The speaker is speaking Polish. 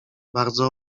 bardzo